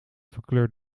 verkleurt